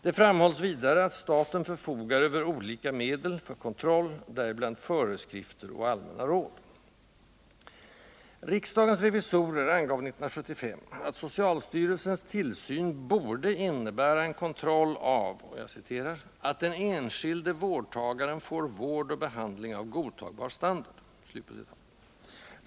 Det framhålls vidare att staten ”förfogar över olika medel för kontroll”, däribland ”föreskrifter och allmänna råd”. Riksdagens revisorer angav 1975 att socialstyrelsens ”tillsyn” borde innebära en kontroll av att ”den enskilde vårdtagaren får vård och behandling av godtagbar standard”.